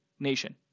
Nation